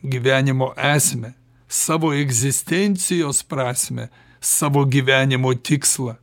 gyvenimo esmę savo egzistencijos prasmę savo gyvenimo tikslą